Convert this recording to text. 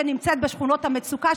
שנמצאת בשכונות המצוקה,